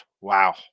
Wow